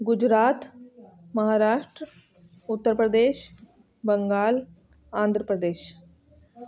Gujarat Maharashtra Uttar Pradesh Bengal Andhra Pradesh